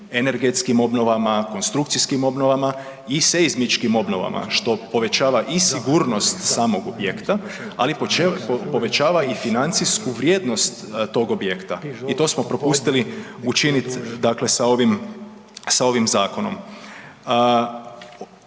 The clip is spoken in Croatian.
energetskim obnovama, konstrukcijskim obnovama i seizmičkim obnovama što povećava i sigurnost samog objekta, ali povećava i financijsku vrijednost tog objekta i to smo propustili učiniti sa ovim zakonom.